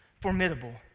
formidable